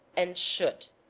and should.